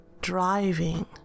driving